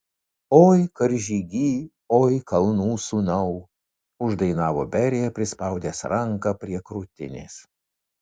oi karžygy oi kalnų sūnau uždainavo berija prispaudęs ranką prie krūtinės